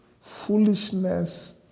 foolishness